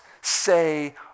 say